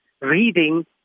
reading